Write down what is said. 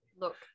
Look